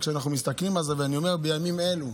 אנחנו מסתכלים על זה, ואני אומר: בימים אלו,